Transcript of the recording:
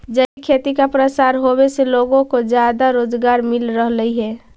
जैविक खेती का प्रसार होवे से लोगों को ज्यादा रोजगार मिल रहलई हे